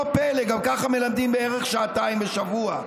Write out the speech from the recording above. לא פלא, גם ככה מלמדים בערך שעתיים בשבוע.